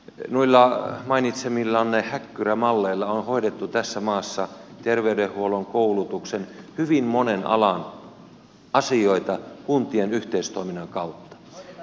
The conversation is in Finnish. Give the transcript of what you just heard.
noilla mainitsemillanne häkkyrämalleilla on hoidettu tässä maassa terveydenhuollon koulutuksen hyvin monen alan asioita kuntien yhteistoiminnan kautta